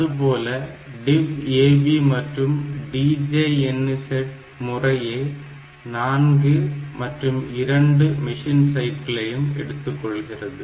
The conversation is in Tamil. அதுபோல DIV AB மற்றும் DJNZ முறையை 4 மற்றும் 2 மிஷின் சைக்கிள்களையும் எடுத்துக்கொள்கிறது